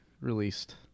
released